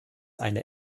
eine